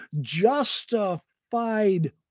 justified